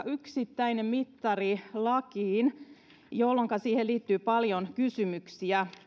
yksittäinen mittari lakiin jolloinka siihen liittyy paljon kysymyksiä